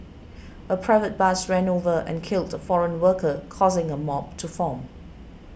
a private bus ran over and killed a foreign worker causing a mob to form